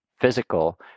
physical